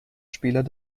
spieler